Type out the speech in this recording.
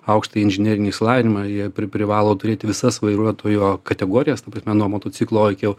aukštą inžinerinį išsilavinimą jie pri privalo turėt visas vairuotojo kategorijas ta prasme nuo motociklo iki